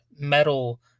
metal